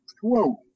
Whoa